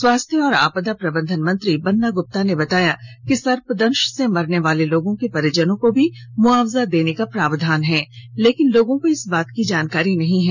स्वास्थ्य और आपदा प्रबंधन मंत्री बन्ना ग्रप्ता ने बताया कि सर्पदंश से मरने वाले लोगों के परिजनों को भी मुआवजा देने का प्रावधान है लेकिन लोगों को इस बात की जानकारी नहीं है